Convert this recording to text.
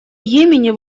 йемене